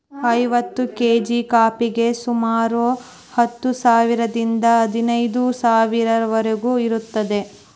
ಐವತ್ತು ಕೇಜಿ ಕಾಫಿಗೆ ಸುಮಾರು ಹತ್ತು ಸಾವಿರದಿಂದ ಹದಿನೈದು ಸಾವಿರದವರಿಗೂ ಇರುತ್ತದೆ